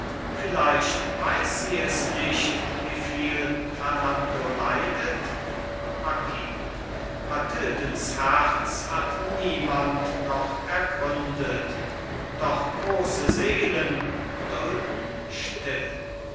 vielleicht weiß sie es nicht wieviel fernando leidet marquis mathildens herz hat niemand noch ergründet doch große seelen dulden still